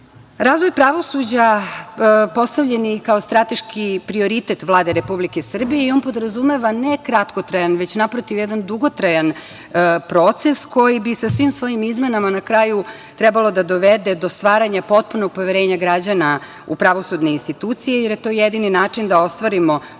pravosuđa postavljen je i kao strateški prioritet Vlade Republike Srbije i on podrazumeva ne kratkotrajan već naprotiv jedan dugotrajan proces, koji bi sa svim svojim izmenama na kraju trebalo da dovede do stvaranja potpunog poverenja građana u pravosudne institucije, jer je to jedini način da ostvarimo vladavinu